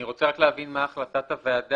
אני רק רוצה להבין מה החלטת הוועדה.